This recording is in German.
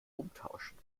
umtauschen